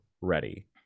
ready